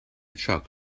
truck